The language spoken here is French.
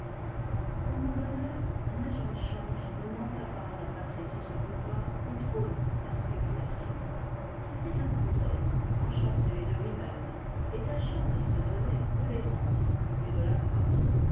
pour mon bonheur un agent de change ne manqua pas à passer sur ce boulevard où trône la spéculation c'était un gros homme enchanté de lui-même et tâchant de se donner de l'ai sance et de la grâce